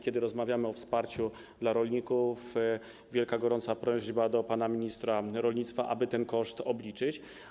Kiedy rozmawiamy o wsparciu dla rolników, jest wielka gorąca prośba do pana ministra rolnictwa, aby ten koszt obliczyć.